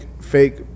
fake